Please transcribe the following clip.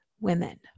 women